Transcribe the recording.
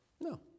No